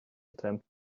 attempt